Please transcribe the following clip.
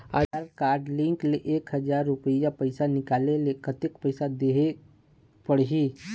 आधार card link ले एक हजार रुपया पैसा निकाले ले कतक पैसा देहेक पड़ही?